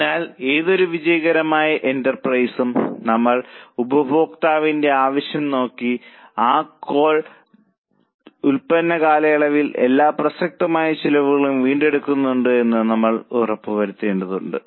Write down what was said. അതിനാൽ ഏതൊരു വിജയകരമായ എന്റർപ്രൈസും നമ്മൾ ഉപഭോക്താവിന്റെ ആവശ്യം നോക്കി ആ കോൾ സ്വീകരിക്കും എന്നാൽ അതേ സമയം ഉൽപ്പന്ന ജീവിത കാലയളവിൽ എല്ലാ പ്രസക്തമായ ചിലവുകളും വീണ്ടെടുക്കുന്നുണ്ടെന്ന് നമ്മൾ ഉറപ്പാക്കേണ്ടതുണ്ട്